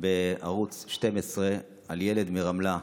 בערוץ 12 על ילד מרמלה,